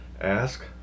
ask